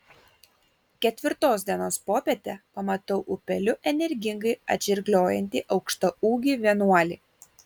ketvirtos dienos popietę pamatau upeliu energingai atžirgliojantį aukštaūgį vienuolį